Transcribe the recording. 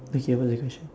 okay what the question